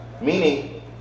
meaning